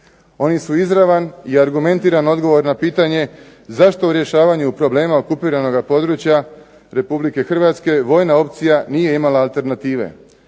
Oni su izravan i argumentiran odgovor na pitanje zašto u rješavanju problema okupiranoga područja Republike Hrvatske vojna opcija nije imala alternative,